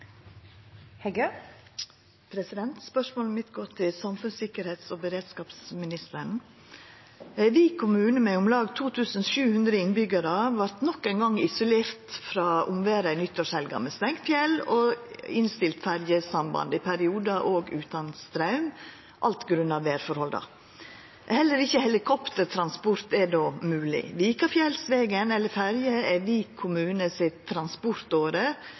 Spørsmålet mitt går til samfunnssikkerhets- og beredskapsministeren. Vik kommune med om lag 2 700 innbyggjarar vart nok ein gong isolert frå omverda nyttårshelga med stengt fjell og innstilt ferjesamband, i periodar òg utan straum – alt grunna vêrforholda. Heller ikkje helikoptertransport er då mogleg. Vikafjellsvegen eller ferje er Vik kommune sin transportåre